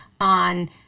on